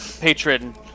patron